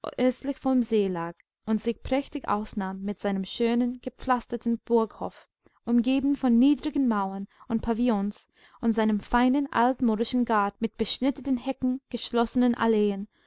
östlich vom see lag und sich prächtig ausnahm mit seinem schönen gepflasterten burghof umgeben von niedrigen mauern und pavillons und seinemfeinen altmodischengartenmitbeschnittenenhecken geschlossenen alleen